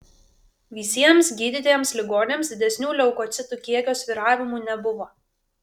visiems gydytiems ligoniams didesnių leukocitų kiekio svyravimų nebuvo